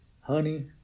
Honey